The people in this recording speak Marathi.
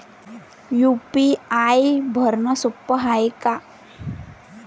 यू.पी.आय भरनं सोप हाय का?